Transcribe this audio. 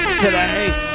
today